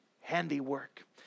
handiwork